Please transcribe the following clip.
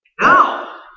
Now